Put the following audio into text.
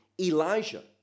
Elijah